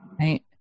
Right